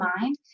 mind